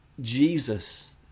Jesus